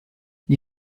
gli